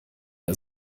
der